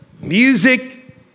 Music